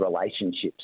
relationships